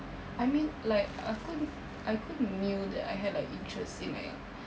I mean like aku aku knew that I had like interest in like